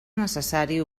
necessari